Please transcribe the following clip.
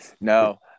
No